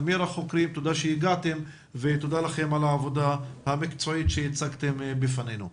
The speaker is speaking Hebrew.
אמיר פלק על העבודה המקצועית שהצגתם בפנינו.